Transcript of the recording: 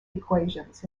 equations